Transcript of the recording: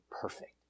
perfect